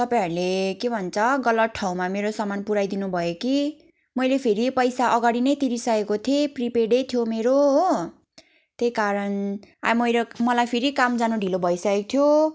तपाईँहरूले के भन्छ गलत ठाउँमा मेरो सामान पुऱ्याइ दिनुभयो कि मैले फेरि पैसा अगाडि नै तिरिसकेको थिएँ प्रिपेडै थियो मेरो हो त्यही कारण आ मेरो मलाई फेरी काम जानु धीलो भइ सकेको थियो